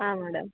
ಹಾಂ ಮೇಡಮ್